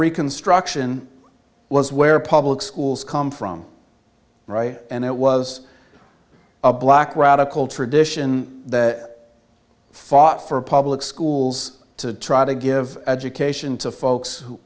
reconstruction was where public schools come from right and it was a black radical tradition that fought for public schools to try to give education to folks